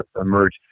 emerge